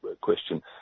question